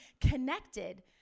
connected